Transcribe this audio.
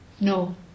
No